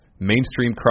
mainstream